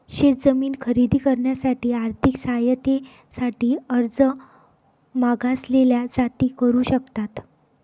शेत जमीन खरेदी करण्यासाठी आर्थिक सहाय्यते साठी अर्ज मागासलेल्या जाती करू शकतात